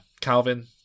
Calvin